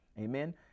amen